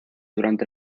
durante